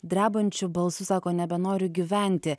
drebančiu balsu sako nebenoriu gyventi